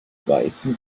weißem